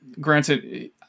granted